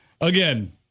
Again